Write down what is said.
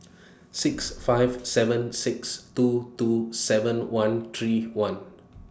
six five seven six two two seven one three one